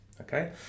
okay